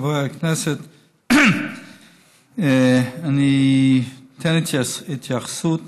חברי הכנסת, אני אתן התייחסות